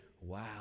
Wow